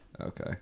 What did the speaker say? Okay